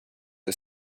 are